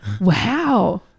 Wow